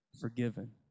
forgiven